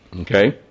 Okay